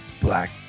black